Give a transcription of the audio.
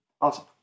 Awesome